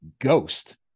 Ghost